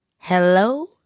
hello